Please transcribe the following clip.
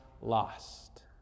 lost